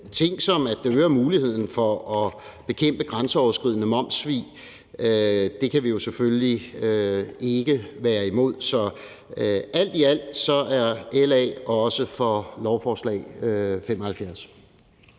ting, som øger muligheden for at bekæmpe grænseoverskridende momssvig, kan vi jo selvfølgelig ikke være imod, så alt i alt er LA også for L 75.